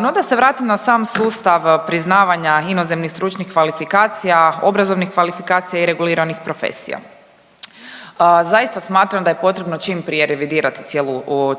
No da se vratim na sam sustav priznavanja inozemnih stručnih kvalifikacija, obrazovnih kvalifikacija i reguliranih profesija. Zaista smatram da je potrebno čim prije revidirati